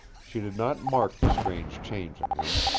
she did not mark the strange change in him,